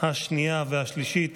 השנייה והשלישית.